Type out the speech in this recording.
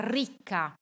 ricca